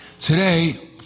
Today